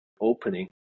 opening